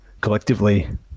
collectively